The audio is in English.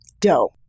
Dope